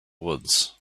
woods